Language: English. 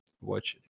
watch